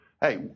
Hey